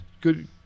Good